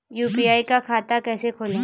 UPI का खाता कैसे खोलें?